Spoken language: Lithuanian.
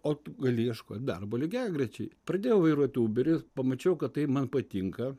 o tu gali ieškot darbo lygiagrečiai pradėjau vairuot uberį pamačiau kad tai man patinka